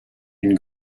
une